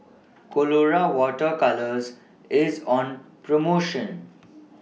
Colora Water Colours IS on promotion